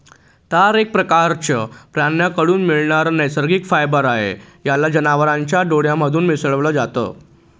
तार एक प्रकारचं प्राण्यांकडून मिळणारा नैसर्गिक फायबर आहे, याला जनावरांच्या डोळ्यांमधून मिळवल जात